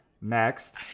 Next